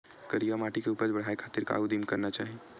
करिया माटी के उपज बढ़ाये खातिर का उदिम करना चाही?